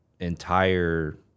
Entire